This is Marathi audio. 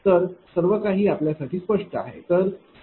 तर सर्वकाही आपल्यासाठी स्पष्ट आहे